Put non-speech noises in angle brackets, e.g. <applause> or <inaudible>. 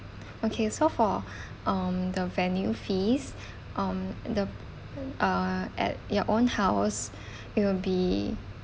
okay so for <breath> um the venue fees <breath> um the uh at your own house <breath> it will be